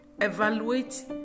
evaluate